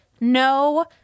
no